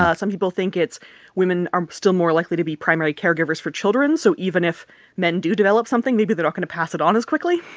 ah some people think it's women are still more likely to be primary caregivers for children. so even if men do develop something, maybe they're not going to pass it on as quickly.